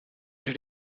did